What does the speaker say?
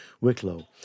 Wicklow